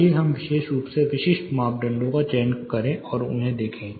आइए हम विशेष रूप से विशिष्ट मापदंडों का चयन करें और उन्हें देखें